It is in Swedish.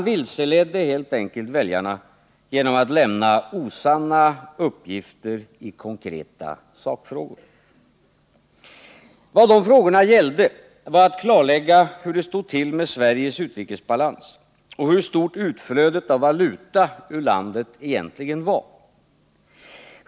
Man helt enkelt vilseledde väljarna genom att lämna osanna uppgifter i konkreta sakfrågor. Så skedde t.ex. när det gällde att klarlägga hur det stod till med Sveriges utrikesbalans och hur stort utflödet av valuta ur landet egentligen var.